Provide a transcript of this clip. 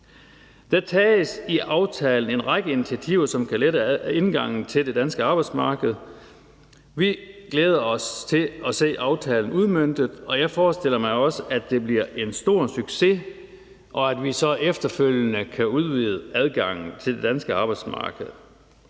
Der tages i aftalen en række initiativer, som kan lette indgangen til det danske arbejdsmarked. Vi glæder os til at se aftalen udmøntet, og jeg forestiller mig også, at det bliver en stor succes, og at vi så efterfølgende kan udvide adgangen til det danske arbejdsmarked.